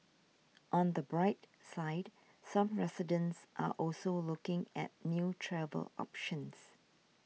on the bright side some residents are also looking at new travel options